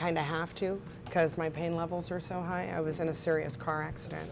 of have to because my pain levels are so high i was in a serious car accident